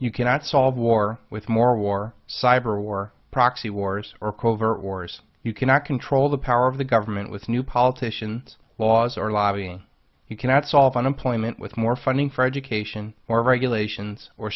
you cannot solve war with more war cyber war proxy wars or covert wars you cannot control the power of the government with new politician laws or lobbying you cannot solve unemployment with more funding for education or regulations or